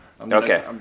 Okay